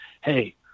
hey